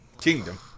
kingdom